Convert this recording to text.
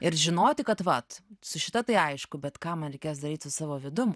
ir žinoti kad vat su šita tai aišku bet ką man reikės daryt su savo vidum